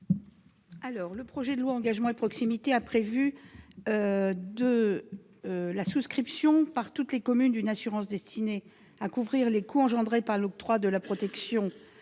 Le projet de loi Engagement et proximité a prévu la souscription par toutes les communes d'une assurance destinée à couvrir les coûts engendrés par l'octroi de la protection